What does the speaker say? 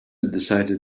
decided